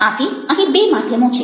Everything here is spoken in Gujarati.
આથી અહીં બે માધ્યમો છે